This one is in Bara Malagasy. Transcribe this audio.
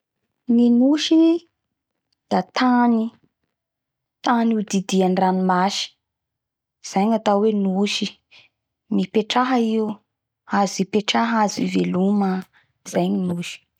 Ny nosy da tany tany odidiany ranomasy zay gnatao hoe nosy zao ipetraha io azo ipetraha azo iveloma zay gny ny nosy.